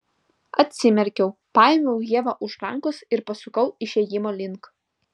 atsimerkiau paėmiau ievą už rankos ir pasukau išėjimo link